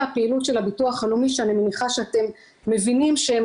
הפעילות של הביטוח הלאומי שאני מניחה שאתם מבינים שהם